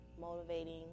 motivating